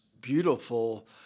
beautiful